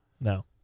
No